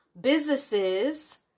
businesses